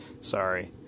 sorry